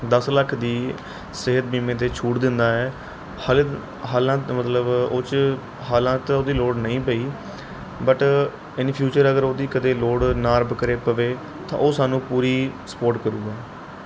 ਦਸ ਲੱਖ ਦੀ ਸਿਹਤ ਬੀਮੇ ਦੇ ਛੂਟ ਦਿੰਦਾ ਹੈ ਹਾਲੇ ਹਾਲਾਂ ਮਤਲਬ ਉਹ 'ਚ ਹਾਲਾਂ ਤਾਂ ਉਹਦੀ ਲੋੜ ਨਹੀਂ ਪਈ ਬਟ ਇਨ ਫਿਊਚਰ ਅਗਰ ਉਹਦੀ ਕਦੇ ਲੋੜ ਨਾ ਰੱਬ ਕਰੇ ਪਵੇ ਤਾਂ ਉਹ ਸਾਨੂੰ ਪੂਰੀ ਸਪੋਰਟ ਕਰੂਗਾ